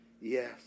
yes